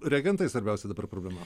reagentai svarbiausia dabar problema